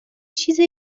چیز